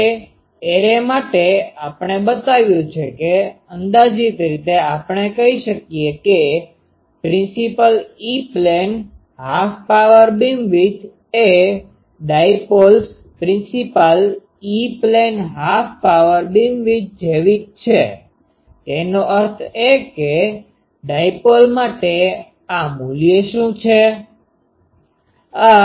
હવે એરે માટે આપણે બતાવ્યું છે કે અંદાજીત રીતે આપણે કહી શકીએ કે principal E plane half power beamwidth એ dipoles principal E plane half power beamwidth જેવી જ છે તેનો અર્થ એ કે ડાયપોલ માટે આ મૂલ્ય શું છે